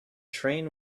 train